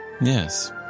Yes